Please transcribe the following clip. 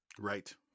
Right